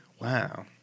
wow